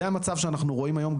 זה המצב שאנחנו רואים היום,